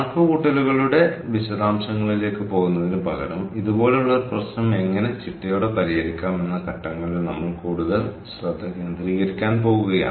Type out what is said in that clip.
കണക്കുകൂട്ടലുകളുടെ വിശദാംശങ്ങളിലേക്ക് പോകുന്നതിനുപകരം ഇതുപോലുള്ള ഒരു പ്രശ്നം എങ്ങനെ ചിട്ടയോടെ പരിഹരിക്കാം എന്ന ഘട്ടങ്ങളിൽ നമ്മൾ കൂടുതൽ ശ്രദ്ധ കേന്ദ്രീകരിക്കാൻ പോകുകയാണ്